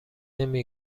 نمی